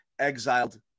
exiled